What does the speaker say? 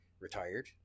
retired